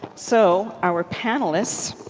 so our panelists,